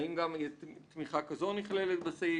האם גם תמיכה כזו נכללת בסעיף?